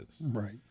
Right